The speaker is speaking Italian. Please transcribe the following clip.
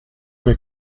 che